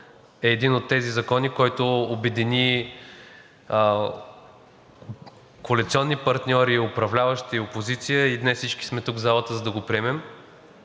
е един от тези закони, който обедини коалиционни партньори, управляващи и опозиция, и днес всички сме тук в залата, за да го приемем.